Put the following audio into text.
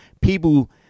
people